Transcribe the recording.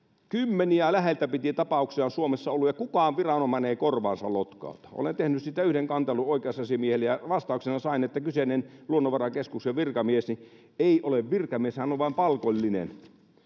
kymmeniä läheltä piti tapauksia on suomessa ollut ja kukaan viranomainen ei korvaansa lotkauta olen tehnyt siitä yhden kantelun oikeusasiamiehelle ja vastauksena sain että kyseinen luonnonvarakeskuksen virkamies ei ole virkamies hän on vain palkollinen